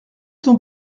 ton